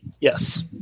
Yes